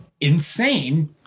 insane